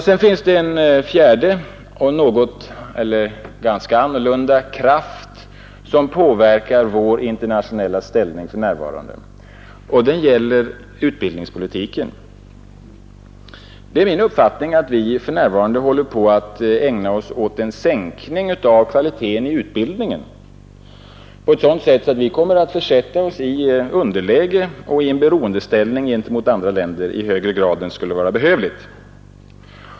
Sedan finns en fjärde och ganska artskild kraft, som påverkar vår internationella ställning för närvarande — och det är utbildningspolitiken. Det är min uppfattning att vi ägnar oss åt en sänkning av kvalitén i utbildningen på ett sådant sätt att vi kommer att försätta oss i underläge och i beroendeställning gentemot andra länder i högre grad än som skulle vara behövligt.